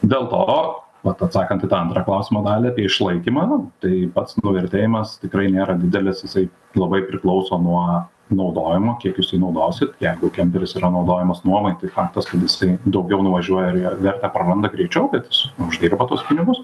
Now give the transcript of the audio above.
dėl to vat atsakant į tą antrą klausimo dalį apie išlaikymą tai pats nuvertėjimas tikrai nėra didelis jisai labai priklauso nuo naudojimo kiek jūs jį naudosit jeigu kemperis yra naudojamas nuomai tai faktas kad jisai daugiau nuvažiuoja vertę praranda greičiau bet jis uždirba tuos pinigus